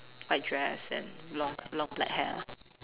white dress and long long black hair lah